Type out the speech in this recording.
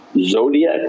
Zodiac